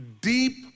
deep